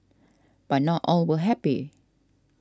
but not all were happy